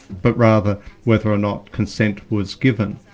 but rather whether or not consent was given.